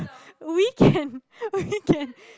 we can we can